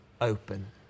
open